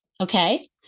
okay